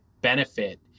benefit